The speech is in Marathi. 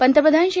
पंतप्रधान श्री